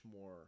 more